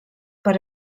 per